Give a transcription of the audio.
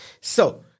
So-